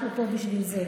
אנחנו פה בשביל זה.